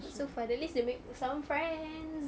so for the least they made some friends